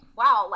wow